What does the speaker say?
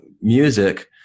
music